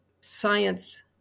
science